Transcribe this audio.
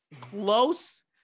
close